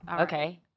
Okay